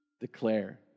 declare